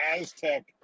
Aztec